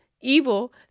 evil